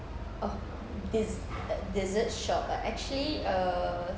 oh this dessert shop ah actually err